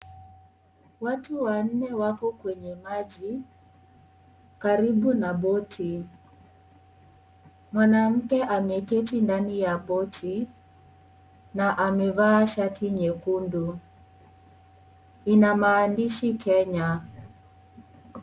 Watu wanne wako kwenye maji karibu na boti. Mwanamke ameketi ndani ya boti na amevaa shati nyekundu inamaandishi Kenya.